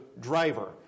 driver